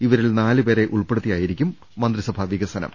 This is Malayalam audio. ഇവരിൽ നാലുപേരെ ഉൾപ്പെ ടുത്തിയായിരിക്കും മന്ത്രിസഭാ വികസനം